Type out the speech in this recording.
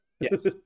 Yes